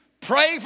Pray